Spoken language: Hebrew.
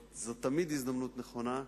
זאת תמיד הזדמנות נכונה.